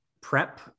prep